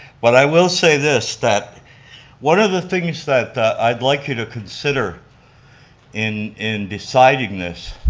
but i will say this that one of the things that i'd like you to consider in in deciding this